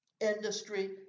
industry